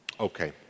Okay